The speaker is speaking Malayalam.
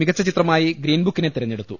മികച്ച ചിത്രമായി ഗ്രീൻ ബുക്കിനെ തെരഞ്ഞെടു ത്തു